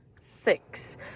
Six